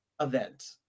event